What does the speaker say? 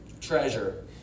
Treasure